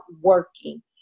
working